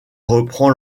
reprend